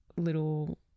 little